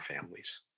families